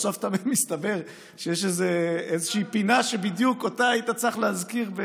בסוף תמיד מסתבר שיש איזושהי פינה שבדיוק אותה היית צריך להזכיר.